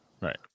Right